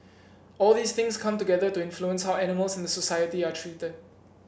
all these things come together to influence how animals in the society are treated